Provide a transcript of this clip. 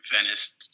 Venice